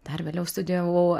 dar vėliau studijavau